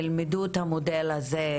ילמדו את המודל הזה,